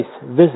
visit